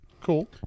cool